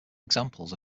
examples